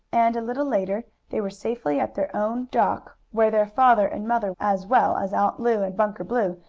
and, a little later, they were safely at their own dock, where their father and mother, as well as aunt lu and bunker blue,